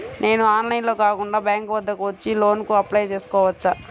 నేను ఆన్లైన్లో కాకుండా బ్యాంక్ వద్దకు వచ్చి లోన్ కు అప్లై చేసుకోవచ్చా?